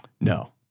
No